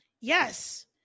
Yes